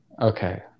okay